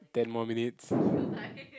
ten more minutes